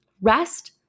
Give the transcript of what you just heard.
rest